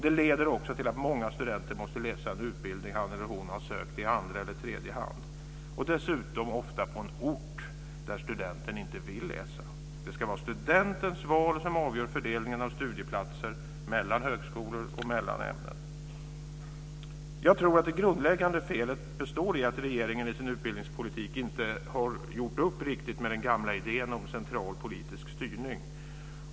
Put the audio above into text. Det leder också till att många studenter måste läsa en utbildning de har sökt i andra eller tredje hand, dessutom ofta på en ort där de inte vill läsa. Det ska vara studentens val som avgör fördelningen av studieplatser mellan högskolor och ämnen. Det grundläggande felet består i att regeringen i sin utbildningspolitik inte har gjort upp riktigt med den gamla idén om central politisk styrning.